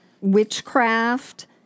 witchcraft